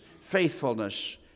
faithfulness